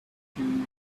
two